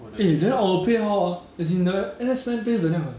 eh then our pay how ah as in the N_S men pay 怎样了